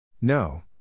No